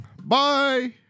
Bye